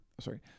sorry